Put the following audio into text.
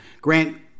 Grant